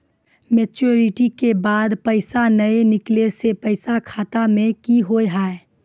Maturity के बाद पैसा नए निकले से पैसा खाता मे की होव हाय?